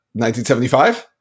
1975